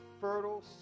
fertile